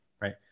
right